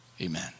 amen